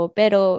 pero